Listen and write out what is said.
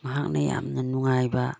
ꯃꯍꯥꯛꯅ ꯌꯥꯝꯅ ꯅꯨꯡꯉꯥꯏꯕ